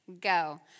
Go